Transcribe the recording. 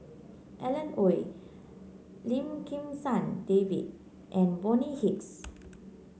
Alan Oei Lim Kim San David and Bonny Hicks